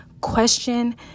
question